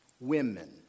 Women